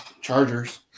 Chargers